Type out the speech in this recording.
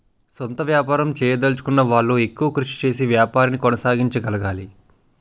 సొంత వ్యాపారం చేయదలచుకున్న వాళ్లు ఎక్కువ కృషి చేసి వ్యాపారాన్ని కొనసాగించగలగాలి